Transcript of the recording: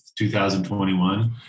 2021